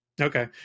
Okay